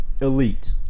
elite